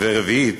ורביעית,